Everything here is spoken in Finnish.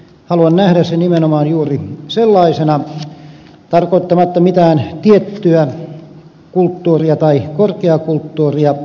haluan nähdä sen nimenomaan juuri sellaisena tarkoittamatta mitään tiettyä kulttuuria tai korkeakulttuuria